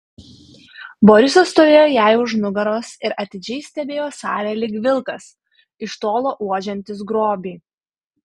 borisas stovėjo jai už nugaros ir atidžiai stebėjo salę lyg vilkas iš tolo uodžiantis grobį